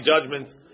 judgments